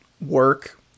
work